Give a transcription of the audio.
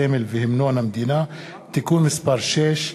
הסמל והמנון המדינה (תיקון מס' 6),